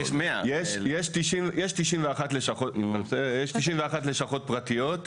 יש 91 לשכות פרטיות.